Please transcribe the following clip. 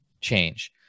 change